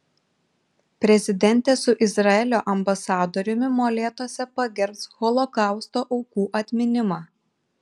prezidentė su izraelio ambasadoriumi molėtuose pagerbs holokausto aukų atminimą